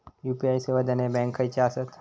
UPI सेवा देणारे bank खयचे आसत?